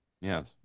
Yes